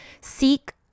seek